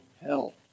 hell